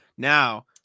Now